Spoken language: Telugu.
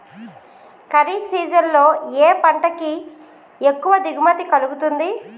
ఖరీఫ్ సీజన్ లో ఏ పంట కి ఎక్కువ దిగుమతి కలుగుతుంది?